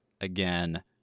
again